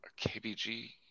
KBG